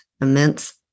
immense